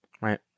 Right